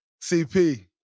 CP